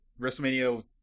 Wrestlemania